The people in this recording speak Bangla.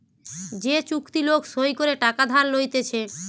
যে চুক্তি লোক সই করে টাকা ধার লইতেছে